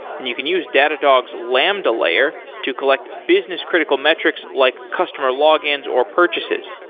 and you can use datadog's lambda layer to collect business critical metrics like customer logins or purchases.